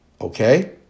okay